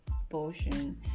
abortion